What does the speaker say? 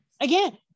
again